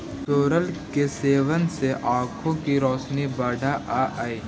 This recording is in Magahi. सोरल के सेवन से आंखों की रोशनी बढ़अ हई